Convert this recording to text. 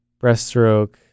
breaststroke